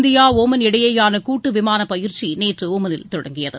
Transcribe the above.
India Oman இடையேயான கூட்டு விமானப் பயிற்சி நேற்று ஓமனில் தொடங்கியது